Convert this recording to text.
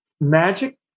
magic